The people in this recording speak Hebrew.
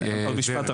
עוד משפט,